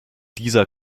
dieser